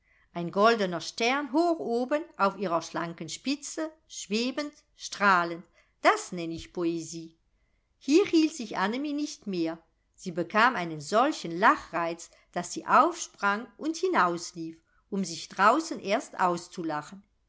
ein goldener stern hoch oben auf ihrer schlanken spitze schwebend strahlend das nenn ich poesie hier hielt sich annemie nicht mehr sie bekam einen solchen lachreiz daß sie aufsprang und hinauslief um sich draußen erst auszulachen